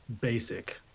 basic